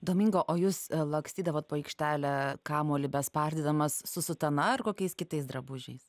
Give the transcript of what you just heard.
domingo o jūs lakstydavot po aikštelę kamuolį bespardydamas su sutana ar kokiais kitais drabužiais